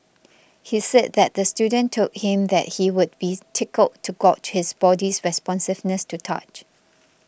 he said that the student told him that he would be tickled to gauge his body's responsiveness to touch